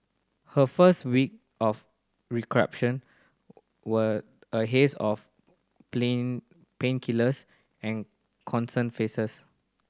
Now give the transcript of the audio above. her first week of recuperation were a haze of plain painkillers and concerned faces